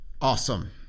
Awesome